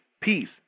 peace